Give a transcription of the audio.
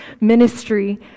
ministry